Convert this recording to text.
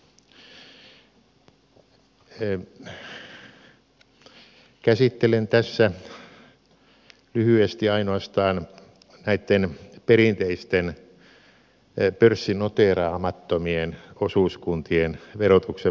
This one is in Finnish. käsittelen tässä lyhyesti ainoastaan näitten perinteisten pörssinoteeraamattomien osuuskuntien verotuksen muutoksia